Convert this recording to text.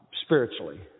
spiritually